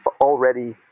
already